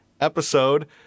episode